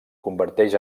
converteix